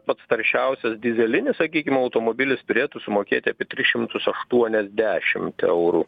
pats taršiausias dyzelinis sakykim automobilis turėtų sumokėti apie tris šimtus aštuoniasdešimt eurų